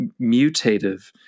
mutative